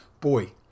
Boy